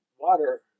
water